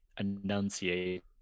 enunciate